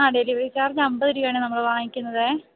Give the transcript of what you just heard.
delivery charge അമ്പത് രൂപയാണ് നമ്മള് വാങ്ങിക്കുന്നത്